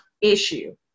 issue